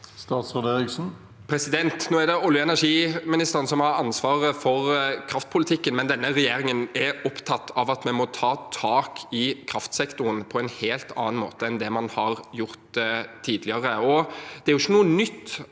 Bjelland Eriksen Nå er det olje- og energiministeren som har ansvaret for kraftpolitikken, men denne regjeringen er opptatt av at vi må ta tak i kraftsektoren på en helt annen måte enn det man har gjort tidligere. Det er ikke noe nytt